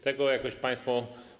Tego jakoś państwo.